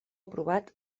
aprovat